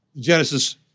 Genesis